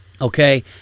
okay